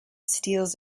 steals